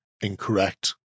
incorrect